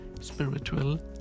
spiritual